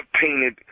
painted